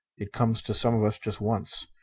it comes to some of us just once,